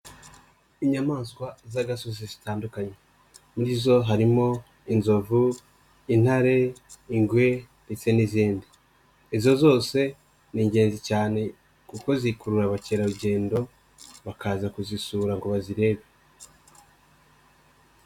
Inyamaswa z'agasozi zitandukanye, muri zo harimo inzovu, intare, ingwe ndetse n'izindi, izo zose ni ingenzi cyane, kuko zikurura abakerarugendo bakaza kuzisura ngo bazirebe.